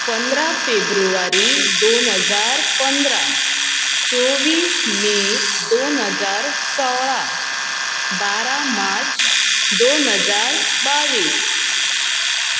पंदरा फेब्रुवारी दोन हजार पंदरा चोवीस मे दोन हजार सोळा बारा मार्च दोन हजार बावीस